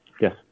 Yes